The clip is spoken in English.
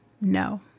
no